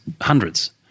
hundreds